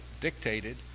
dictated